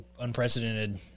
unprecedented